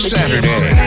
Saturday